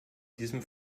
diesem